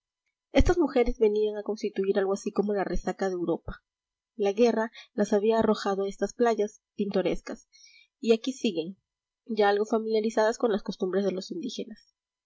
estas mujeres venían a constituir algo así como la resaca de europa la guerra las había arrojado a estas playas pintorescas y aquí siguen ya algo familiarizadas con las costumbres de los indígenas